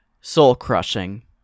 Soul-crushing